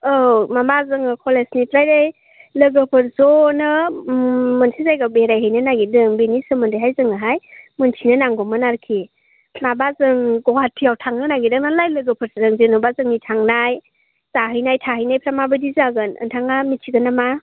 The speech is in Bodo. औ माबा जोङो कलेजनिफ्राय लोगोफोर जनो मोनसे जायगायाव बेराय हैनो नागिरदों बेनि सोमोन्दैहाय जोंनोहाय मोन्थिनो नांगौमोन आरोखि माबा जों गुवाहाथि याव थांनो नागिरदों नालाय लोगोफोरजों जेनोबा जोंनि थांनाय जाहैनाय थाहैनायफ्रा माबादि जागोन नोंथाङा मोन्थिगोन नामा